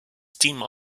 deemed